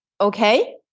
okay